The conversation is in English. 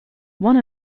one